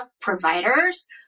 providers